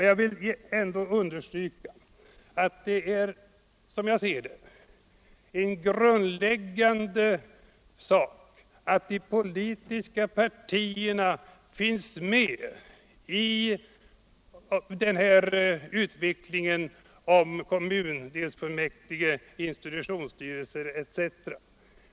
Jag vill understryka att det är av grundläggande betydelse att de politiska partierna får medverka i utvecklingen vad gäller kommundelsfullmäktige, institutionsstyrelser etc.